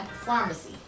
pharmacy